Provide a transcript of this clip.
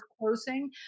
closing